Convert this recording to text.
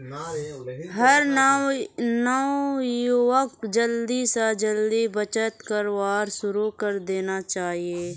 हर नवयुवाक जल्दी स जल्दी बचत करवार शुरू करे देना चाहिए